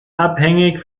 abhängig